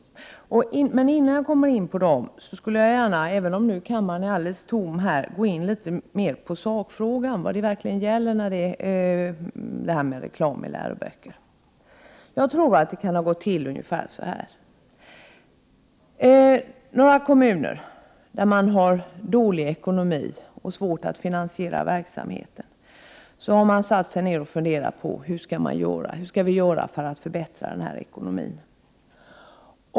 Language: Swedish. Innan jag går in på dem skulle jag emellertid gärna, även om kammaren är alldeles tom, vilja gå in litet mer på sakfrågan, och på vad det verkligen handlar om. Jag tror att det kan ha gått till ungefär på följande sätt. I några kommuner som har haft dålig ekonomi och svårt att finansiera verksamheten har man satt sig ner och funderat på hur man skall göra för att förbättra ekonomin.